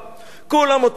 כולם אותו יופי.